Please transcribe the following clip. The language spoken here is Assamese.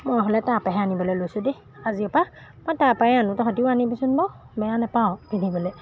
মই হ'লে তাৰপৰাহে আনিবলৈ লৈছোঁ দেই আজিৰপৰা মই তাৰপৰায়ে আনোঁ তহঁতিও আনিবিচোন বাৰু বেয়া নোপাৱ পিন্ধিবলৈ